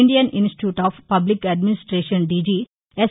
Indian Institute of Public Administration DG yes